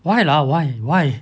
why lah why why